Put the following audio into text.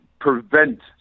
prevent